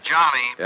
Johnny